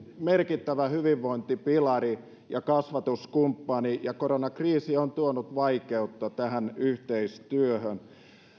merkittävä hyvinvointipilari ja kasvatuskumppani ja koronakriisi on tuonut vaikeutta tähän yhteistyöhön